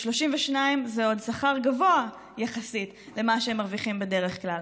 ו-32 שקלים זה עוד שכר גבוה יחסית למה שהם מרוויחים בדרך כלל.